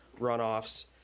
runoffs